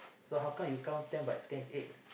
so how come you count ten but scans eight